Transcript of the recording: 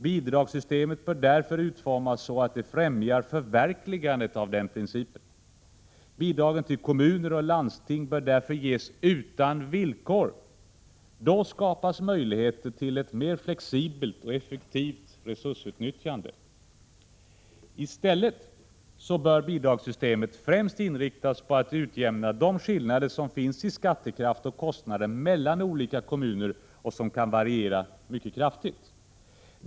Bidragssystemet bör därför utformas så att det främjar förverkligandet av den principen. Bidragen till kommuner och landsting bör därför ges utan villkor. Då skapas möjligheter till ett mer flexibelt och effektivt resursutnyttjande. I stället bör bidragssystemet främst inriktas på att utjämna de skillnader som finns i skattekraft och kostnader mellan olika kommuner och som kan variera mycket kraftigt.